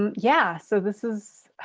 yeah, so this is,